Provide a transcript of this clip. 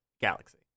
Galaxy